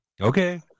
Okay